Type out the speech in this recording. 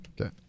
Okay